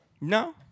No